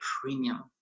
premium